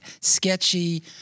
sketchy